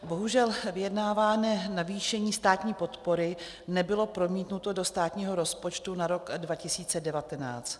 Bohužel vyjednávané navýšení státní podpory nebylo promítnuto do státního rozpočtu na rok 2019.